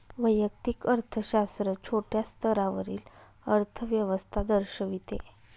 वैयक्तिक अर्थशास्त्र छोट्या स्तरावरील अर्थव्यवस्था दर्शविते